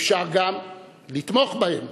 אפשר גם לתמוך בהן,